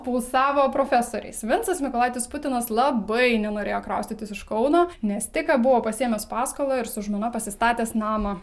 pulsavo profesoriais vincas mykolaitis putinas labai nenorėjo kraustytis iš kauno nes tik ką buvo pasiėmęs paskolą ir su žmona pasistatęs namą